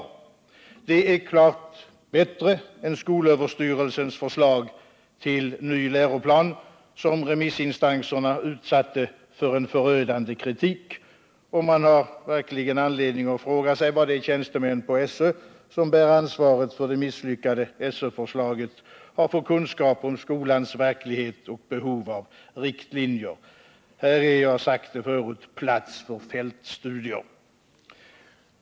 Programmet är klart bättre än skolöverstyrelsens förslag till ny läroplan, som remissinstanserna utsatte för en förödande kritik. Man har verkligen anledning att fråga sig vad de tjänstemän på SÖ som bär ansvaret för det misslyckade förslaget har för kunskaper om skolans verklighet och behov av riktlinjer. Här finns det, som jag har sagt förut, plats för fältstudier.